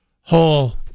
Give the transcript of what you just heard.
whole